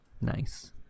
Nice